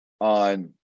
on